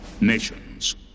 nations